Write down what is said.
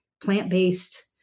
plant-based